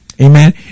Amen